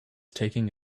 taking